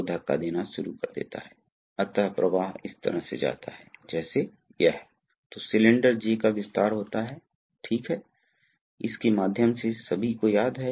तो यह सिंबल द्वारा दिखाया गया है कि यह राहत की दिशा है और इससे पता चलता है कि यहां एक समायोज्य स्प्रिंग है